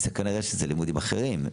כנראה שאלה לימודים אחרים.